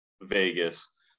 Vegas